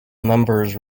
numbers